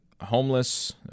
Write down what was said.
homeless